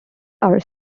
are